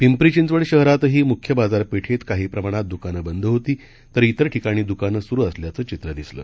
पिंपरी चिंचवड शहरातही मुख्य बाजारपेठेत काही प्रमाणात दुकानं बंद होती तर त्विर ठिकाणी दुकानं सुरू असल्याचं चित्र दिसलं